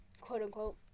quote-unquote